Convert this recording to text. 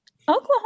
Oklahoma